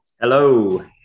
Hello